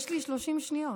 יש לי 30 שניות.